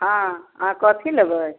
हँ अहाँ कथी लेबै